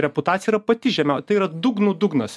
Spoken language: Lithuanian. reputacija yra pati žemiau tai yra dugnų dugnas